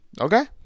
Okay